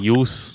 use